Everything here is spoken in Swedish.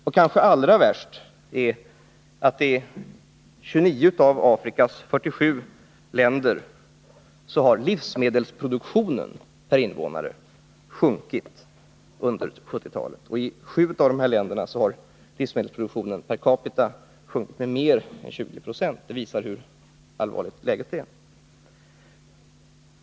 Det kanske allra värsta är att i 29 av Afrikas 47 länder har livsmedelsproduktionen per invånare sjunkit under 1970-talet. I 7 av dessa länder har livsmedelsproduktionen per capita sjunkit med mer än 20 26. Det visar hur allvarligt läget är.